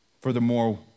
Furthermore